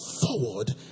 forward